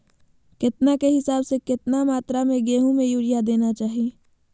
केतना के हिसाब से, कितना मात्रा में गेहूं में यूरिया देना चाही?